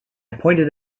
pointed